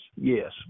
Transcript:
Yes